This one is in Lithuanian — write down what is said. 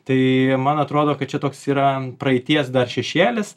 tai man atrodo kad čia toks yra praeities dar šešėlis